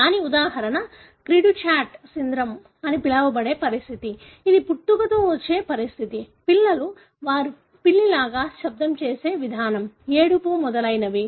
దానికి ఉదాహరణ cri du chat syndrome అని పిలవబడే పరిస్థితి ఇది పుట్టుకతో వచ్చే పరిస్థితి పిల్లలు వారు పిల్లి లాగా లేదా శబ్దం చేసే విధానం ఏడుపు మొదలైనవి